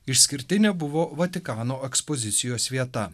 išskirtinė buvo vatikano ekspozicijos vieta